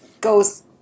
goes